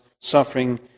suffering